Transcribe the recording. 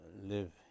live